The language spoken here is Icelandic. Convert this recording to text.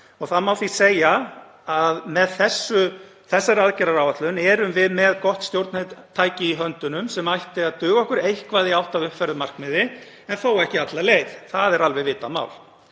og því má segja að með þessari aðgerðaáætlun séum við með gott stjórntæki í höndunum sem ætti að duga okkur eitthvað í átt að uppfærðu markmiði, en þó ekki alla leið. Það er alveg vitað mál.